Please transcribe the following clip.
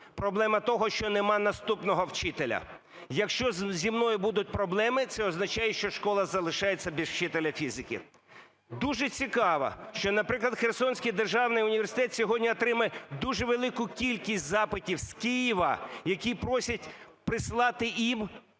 проблема того, що нема наступного вчителя. Якщо зі мною будуть проблеми, це означає, що школа залишається без вчителя фізики". Дуже цікаво, що, наприклад, Херсонський державний університет сьогодні отримує дуже велику кількість запитів з Києва, які просять прислати їм